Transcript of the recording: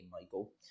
Michael